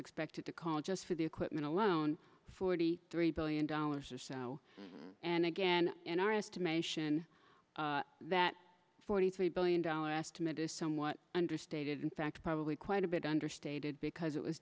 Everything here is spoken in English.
expected to call just for the equipment alone forty three billion dollars or so and again in our estimation that forty three billion dollars estimate is somewhat understated in fact probably quite a bit understated